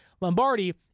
Lombardi